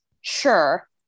sure